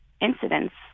incidents